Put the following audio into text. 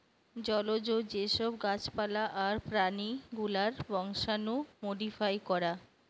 জলজ যে সব গাছ পালা আর প্রাণী গুলার বংশাণু মোডিফাই করা